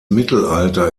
mittelalter